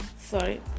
sorry